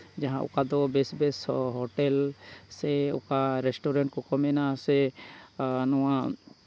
ᱡᱟᱦᱟᱸ ᱚᱠᱟ ᱫᱚ ᱵᱮᱥ ᱵᱮᱥ ᱦᱳᱴᱮᱞ ᱥᱮ ᱚᱠᱟ ᱨᱮᱥᱴᱩᱨᱮᱱᱴ ᱠᱚᱠᱚ ᱢᱮᱱᱟ ᱥᱮ ᱱᱚᱣᱟ